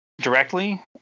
directly